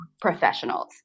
professionals